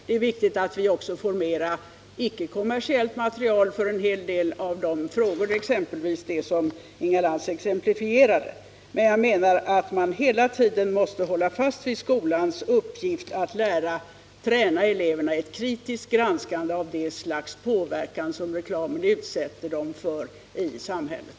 Det är viktigt att vi får mer icke-kommersiellt material för en hel del av de frågor som Inga Lantz exemplifierade. Men jag menar att man hela tiden måste hålla fast vid skolans uppgift att träna eleverna i ett kritiskt granskande av det slags påverkan som reklamen utsätter dem för i samhället.